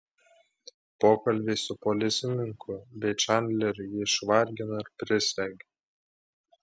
pokalbiai su policininku bei čandleriu jį išvargino ir prislėgė